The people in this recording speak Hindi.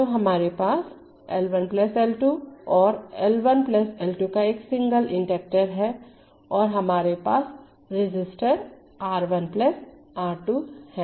तो हमारे पास L1 L 2 और L 1 L2 का एक सिंगल इंडक्टर है और हमारे पास एक रजिस्टर R1 R2 है